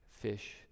fish